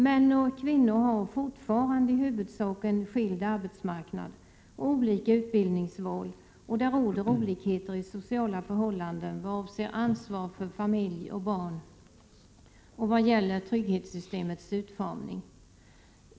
Män och kvinnor har fortfarande i huvudsak en skild arbetsmarknad och gör olika utbildningsval, och det råder olikheter i sociala förhållanden vad avser ansvar för familj och barn och vad gäller trygghetssystemets utformning.